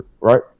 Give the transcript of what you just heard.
right